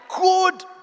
Good